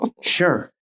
Sure